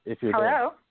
Hello